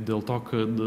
dėl to kad